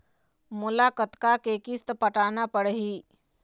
मोला कतका के किस्त पटाना पड़ही?